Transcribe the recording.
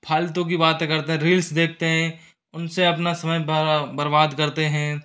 फालतू की बाते करते हैं रील्स देखते हैं उनसे अपना समय बा बर्बाद करते हैं